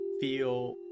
feel